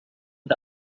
the